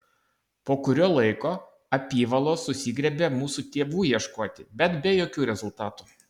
po kurio laiko apyvalos susigriebė mūsų tėvų ieškoti bet be jokių rezultatų